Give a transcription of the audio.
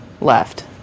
left